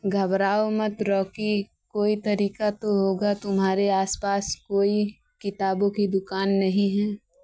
घबराओ मत रॉकी कोई तरीक़ा तो होगा तुम्हारे आस पास कोई किताबों की दुकान नहीं है